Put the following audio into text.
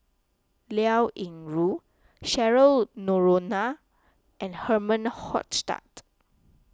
Liao Yingru Cheryl Noronha and Herman Hochstadt